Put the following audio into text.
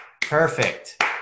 perfect